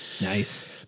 Nice